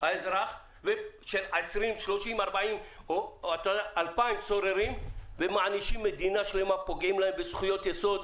האזרח בגלל 2,000 סוררים ומענישים מדינה שלמה ופוגעים בזכויות יסוד,